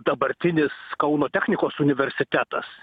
dabartinis kauno technikos universitetas